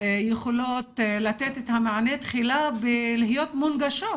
יכולות לתת את המענה תחילה בלהיות מונגשות